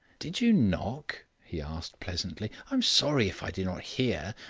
did you knock? he asked pleasantly. i am sorry if i did not hear.